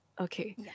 Okay